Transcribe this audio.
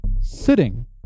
Sitting